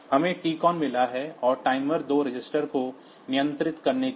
हमें टीकॉन मिला है टाइमर 2 रजिस्टरों को नियंत्रित करने के लिए